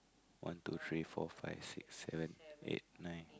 one two three four five six seven eight nine